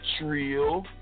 Trill